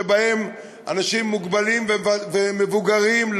שבהם אנשים מוגבלים ומבוגרים,